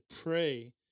pray